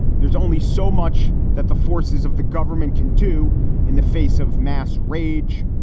there's only so much that the forces of the government can do in the face of mass rage.